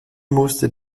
musste